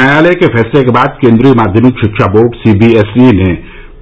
न्यायालय के फैसले के बाद केन्द्रीय माध्यमिक शिक्षा बोर्ड सीबीएसई ने